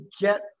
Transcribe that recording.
get